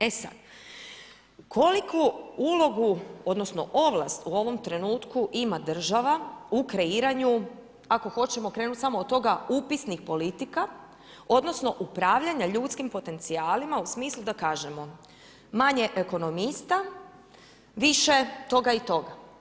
E sad, koliku ulogu odnosno ovlast u ovom trenutku ima država u kreiranju ako hoćemo krenut samo od toga upisnih politika, odnosno upravljanja ljudskim potencijalima u smislu da kažemo manje ekonomista, više toga i toga.